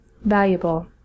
valuable